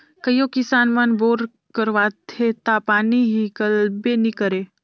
कइयो किसान मन बोर करवाथे ता पानी हिकलबे नी करे